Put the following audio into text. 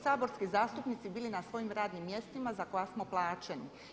saborski zastupnici bili na svojim radnim mjestima za koja smo plaćeni.